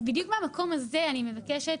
בדיוק במקום הזה אני מבקשת,